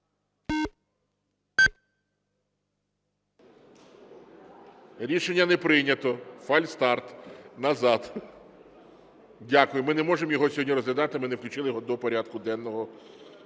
Рішення не прийнято. Фальстарт, назад. Дякую. Ми не можемо його сьогодні розглядати, ми не включили його до порядку денного